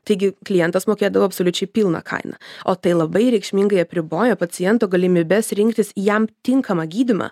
taigi klientas mokėdavo absoliučiai pilną kainą o tai labai reikšmingai apriboja paciento galimybes rinktis jam tinkamą gydymą